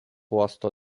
uosto